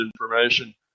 information